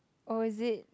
oh is it